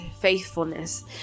faithfulness